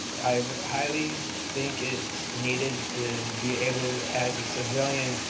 i highly think it's needed to be able, as a civilian,